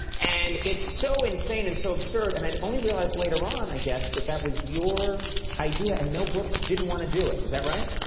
and it's so insane and so absurd, and i only realized later on, i guess, that that was your idea and mel brooks didn't wanna do it. is that right?